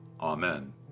Amen